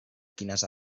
quines